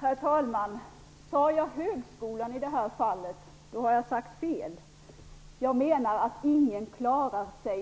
Herr talman! Om jag sade högskolan i det här fallet sade jag fel. Jag menar att ingen i